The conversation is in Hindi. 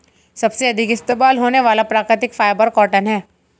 सबसे अधिक इस्तेमाल होने वाला प्राकृतिक फ़ाइबर कॉटन है